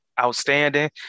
outstanding